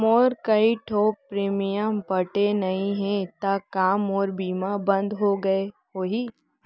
मोर कई ठो प्रीमियम पटे नई हे ता का मोर बीमा बंद हो गए होही?